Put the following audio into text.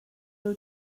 nhw